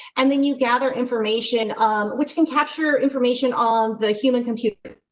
and then you gather information um which can capture information on the human computer.